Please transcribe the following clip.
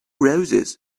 roses